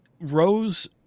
Rose